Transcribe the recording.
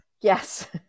yes